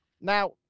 now